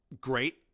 Great